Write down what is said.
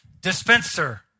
dispenser